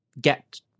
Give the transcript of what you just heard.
get